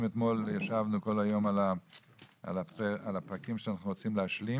אתמול ישבנו כל היום על הפרקים שאנחנו רוצים להשלים